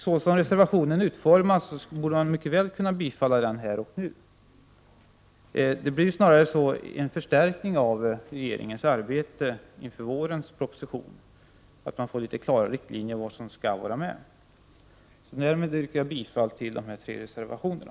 Så som reservationen är utformad borde vi mycket väl kunna bifalla den här och nu. Det skulle snarast bli en förstärkning i regeringens arbete inför vårens proposition. Man skulle få litet klarare riktlinjer för vad som skall vara med i propositionen. Jag yrkar bifall till de tre reservationerna.